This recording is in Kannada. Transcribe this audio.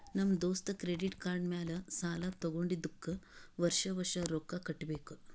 ನಮ್ ದೋಸ್ತ ಕ್ರೆಡಿಟ್ ಕಾರ್ಡ್ ಮ್ಯಾಲ ಸಾಲಾ ತಗೊಂಡಿದುಕ್ ವರ್ಷ ವರ್ಷ ರೊಕ್ಕಾ ಕಟ್ಟಬೇಕ್